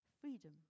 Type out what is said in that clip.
freedom